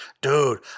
Dude